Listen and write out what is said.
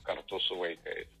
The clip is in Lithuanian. kartu su vaikais